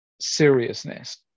seriousness